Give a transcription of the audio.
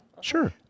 Sure